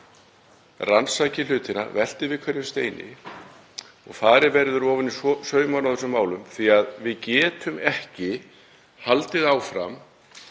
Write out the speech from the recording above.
rannsaki hlutina, velti við hverjum steini og farið verði ofan í saumana á þessum málum því að við getum ekki haldið áfram